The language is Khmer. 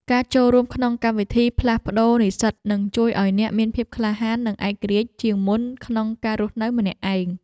ការចូលរួមក្នុងកម្មវិធីផ្លាស់ប្តូរនិស្សិតនឹងជួយឱ្យអ្នកមានភាពក្លាហាននិងឯករាជ្យជាងមុនក្នុងការរស់នៅម្នាក់ឯង។